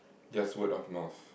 just word of mouth